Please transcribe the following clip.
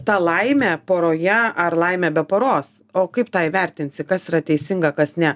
tą laimę poroje ar laimę be poros o kaip tą įvertinsi kas yra teisinga kas ne